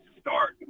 start